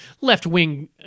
left-wing